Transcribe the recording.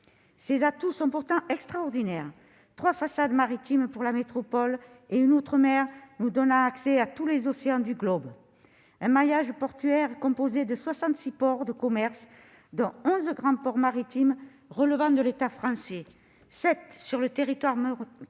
pays sont pourtant extraordinaires : trois façades maritimes pour la métropole et une en outre-mer, nous donnant accès à tous les océans du globe ; un maillage portuaire composé de soixante-six ports de commerce, dont onze grands ports maritimes relevant de l'État français, à savoir sept sur le territoire métropolitain